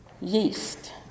Yeast